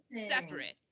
separate